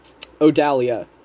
Odalia